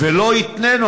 ולא התנינו?